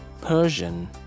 Persian